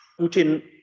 Putin